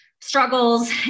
struggles